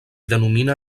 denomina